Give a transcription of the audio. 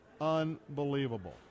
Unbelievable